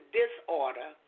disorder